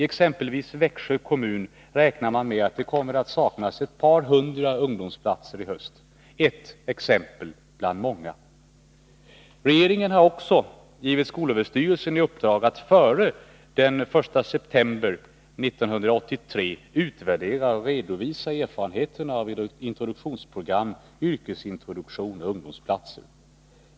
I Växjö kommun räknar man med att det kommer att saknas ett par hundra ungdomsplatser i höst — ett exempel bland många. Regeringen har givit skolöverstyrelsen i uppdrag att före den 1 september 1983 utvärdera och redovisa erfarenheterna av introduktionsprogram, yrkesintroduktion och ungdomsplatser.